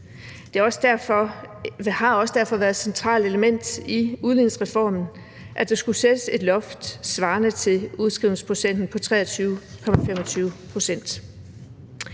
Det har også derfor været et centralt element i udligningsreformen, at der skulle sættes et loft svarende til udskrivningsprocenten på 23,25 pct.